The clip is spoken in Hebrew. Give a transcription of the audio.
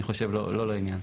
אני חושב לא לעניין.